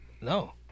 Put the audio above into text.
No